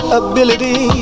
ability